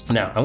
Now